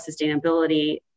sustainability